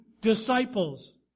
disciples